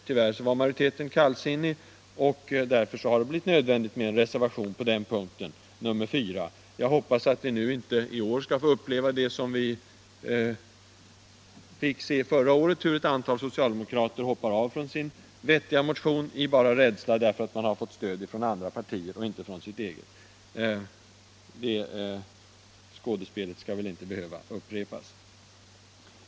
Tyvärr var majoriteten kallsinnig, och därför har det blivit nödvändigt med reservationen 4 på den här punkten. Jag hoppas att vi inte i år skall behöva uppleva det som vi fick se förra året: hur ett antal socialdemokrater hoppar av från sin vettiga motion i rena förskräckelsen när de fått stöd från andra partier och inte från sitt eget. Det skådespelet borde inte behöva upprepas.